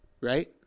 right